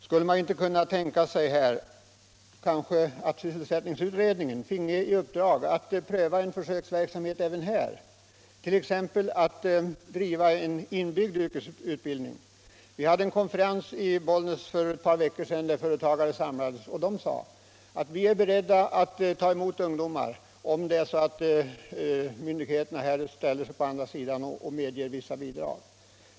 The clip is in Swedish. Skulle man inte kunna tänka sig att sysselsättningsutredningen finge i uppdrag att pröva en försöksverksamhet även här, t.ex. med en inbyggd yrkesutbildning. Vi hade för ett par veckor sedan en konferens i Bollnäs. De företagare som var samlade där sade att de var beredda att ta emot ungdomar, om myndigheterna ställde sig på den andra sidan och gav vissa bidrag.